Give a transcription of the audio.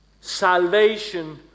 salvation